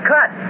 Cut